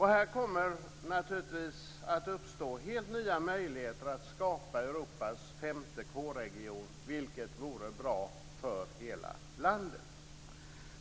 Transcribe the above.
Här kommer det naturligtvis att uppstå helt nya möjligheter att skapa Europas femte K-region, vilket vore bra för hela landet.